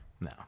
No